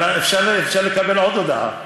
אבל אפשר לקבל עוד הודעה.